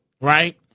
right